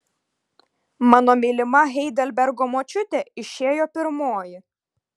mano mylima heidelbergo močiutė išėjo pirmoji